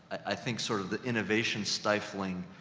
i think sort of the innovation-stifling,